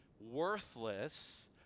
worthless